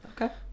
Okay